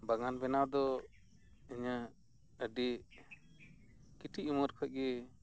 ᱵᱟᱜᱟᱱ ᱵᱮᱱᱟᱣ ᱫᱚ ᱤᱧᱟᱹᱜ ᱟᱹᱰᱤ ᱠᱟᱹᱴᱤᱡ ᱩᱢᱮᱹᱨ ᱠᱷᱚᱱᱜᱮ